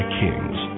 kings